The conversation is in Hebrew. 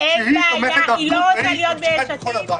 שחל בכל מצב,